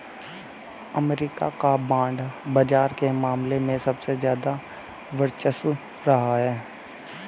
अमरीका का बांड बाजार के मामले में सबसे ज्यादा वर्चस्व रहा है